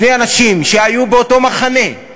שני אנשים שהיו באותו מחנה,